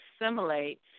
assimilate